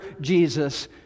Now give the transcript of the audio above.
Jesus